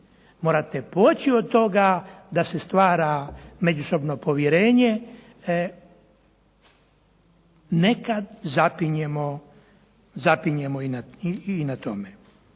morate poći od toga da se stvara međusobno povjerenje, nekad zapinjemo i na tome.